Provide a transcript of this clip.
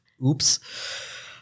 Oops